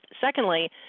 Secondly